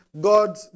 God